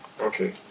okay